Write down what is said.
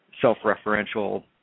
self-referential